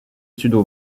studio